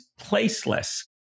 placeless